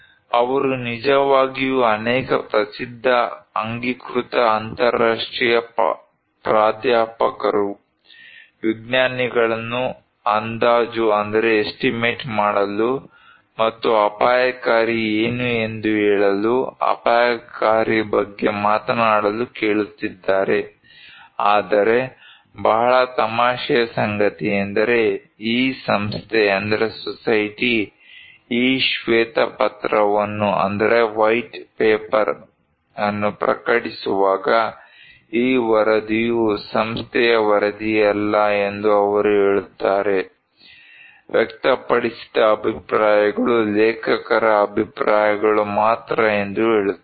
ಅವರು ನಿಜವಾಗಿಯೂ ಅನೇಕ ಪ್ರಸಿದ್ಧ ಅಂಗೀಕೃತ ಅಂತರರಾಷ್ಟ್ರೀಯ ಪ್ರಾಧ್ಯಾಪಕರು ವಿಜ್ಞಾನಿಗಳನ್ನು ಅಂದಾಜು ಮಾಡಲು ಮತ್ತು ಅಪಾಯಕಾರಿ ಏನು ಎಂದು ಹೇಳಲು ಅಪಾಯಕಾರಿ ಬಗ್ಗೆ ಮಾತನಾಡಲು ಕೇಳುತ್ತಿದ್ದಾರೆ ಆದರೆ ಬಹಳ ತಮಾಷೆಯ ಸಂಗತಿಯೆಂದರೆ ಈ ಸಂಸ್ಥೆ ಈ ಶ್ವೇತಪತ್ರವನ್ನು ಪ್ರಕಟಿಸುವಾಗ ಈ ವರದಿಯು ಸಂಸ್ಥೆಯ ವರದಿಯಲ್ಲ ಎಂದು ಅವರು ಹೇಳುತ್ತಾರೆ ವ್ಯಕ್ತಪಡಿಸಿದ ಅಭಿಪ್ರಾಯಗಳು ಲೇಖಕರ ಅಭಿಪ್ರಾಯಗಳು ಮಾತ್ರ ಎಂದು ಹೇಳುತ್ತಾರೆ